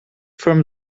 from